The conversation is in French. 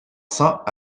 cents